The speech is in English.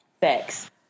Thanks